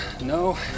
No